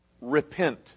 repent